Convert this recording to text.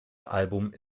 album